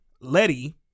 Letty